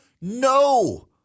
No